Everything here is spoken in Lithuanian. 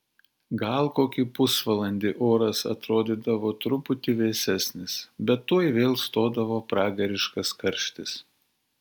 gal kokį pusvalandį oras atrodydavo truputį vėsesnis bet tuoj vėl stodavo pragariškas karštis